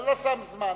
אני לא שם זמן.